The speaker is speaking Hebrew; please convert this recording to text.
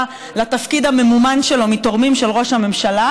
לתפקיד הממומן שלו מתורמים של ראש הממשלה,